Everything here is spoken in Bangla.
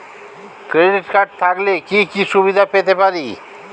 ক্রেডিট কার্ড থাকলে কি কি সুবিধা পেতে পারি?